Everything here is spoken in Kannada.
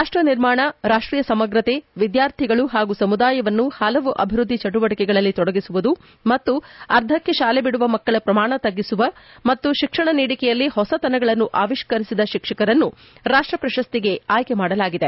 ರಾಷ್ಷ ನಿರ್ಮಾಣ ರಾಷ್ಷೀಯ ಸಮಗ್ರತೆ ವಿದ್ಯಾರ್ಥಿಗಳು ಹಾಗೂ ಸಮುದಾಯವನ್ನು ಹಲವು ಅಭಿವೃದ್ದಿ ಚಿಟುವಟಿಕೆಯಲ್ಲಿ ತೊಡಗಿಸುವುದು ಮತ್ತು ಅರ್ಧಕ್ಕೆ ಶಾಲೆ ೆಬಿಡುವ ಮಕ್ಕಳ ಪ್ರಮಾಣವನ್ನು ತಗ್ಗಿಸುವ ಮತ್ತು ಶಿಕ್ಷಣ ನೀಡಿಕೆಯಲ್ಲಿ ಹೊಸತನಗಳನ್ನು ಆವಿಷ್ಠರಿಸಿದ ಶಿಕ್ಷಕರುಗಳನ್ನು ರಾಷ್ಷ ಪ್ರಶಸ್ತಿಗೆ ಆಯ್ಕೆ ಮಾಡಲಾಗಿದೆ